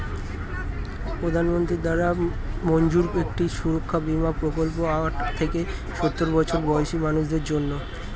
প্রধানমন্ত্রী দ্বারা মঞ্জুর একটি সুরক্ষা বীমা প্রকল্প আট থেকে সওর বছর বয়সী মানুষদের জন্যে